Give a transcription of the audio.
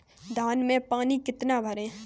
धान में पानी कितना भरें?